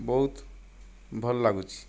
ବହୁତ ଭଲ ଲାଗୁଛି